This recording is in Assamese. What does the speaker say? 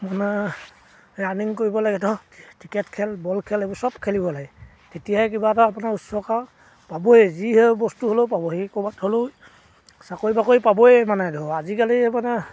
মানে ৰানিং কৰিব লাগে ধৰক ক্ৰিকেট খেল বল খেল এইবোৰ চব খেলিব লাগে তেতিয়াহে কিবা এটা আপোনাৰ উচ্চক পাবই যি হেই বস্তু হ'লেও পাব সেই ক'ৰবাত হ'লেও চাকৰি বাকৰি পাবয়েই মানে ধৰক আজিকালি মানে